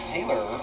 Taylor